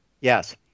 yes